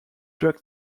drug